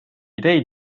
ideid